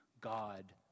God